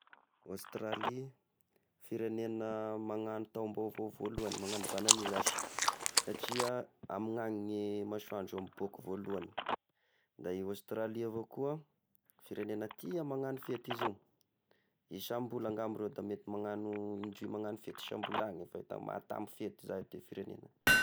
Australie, firegnena magnano taom-baovao voalohagny, magnano bonne anné zashy satria amigny agny ny masoandro no miboaka voalohany, da i Australia avao koa firegnena tia magnano fety izy io, isam-bola ngamba reo da mety magnano indroy magnano fety isam-bola agny, efa hita maty tamy fety izao ty firegnena.